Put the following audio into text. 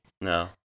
No